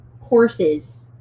courses